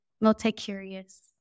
multi-curious